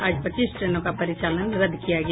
आज पच्चीस ट्रेनों का परिचालन रद्द किया गया